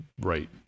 right